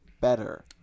better